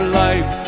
life